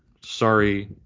sorry